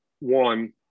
one